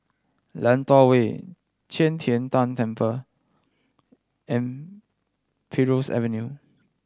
Lentor Way Qi Tian Tan Temple and Primrose Avenue